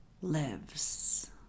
lives